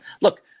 Look